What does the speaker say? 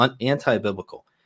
anti-biblical